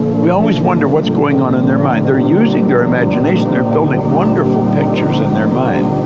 we always wonder what's going on in their mind. they're using their imagination they're building wonderful pictures in their mind,